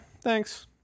Thanks